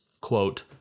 Quote